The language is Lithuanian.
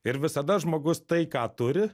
ir visada žmogus tai ką turi